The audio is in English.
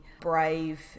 brave